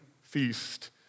feast